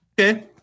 okay